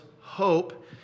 hope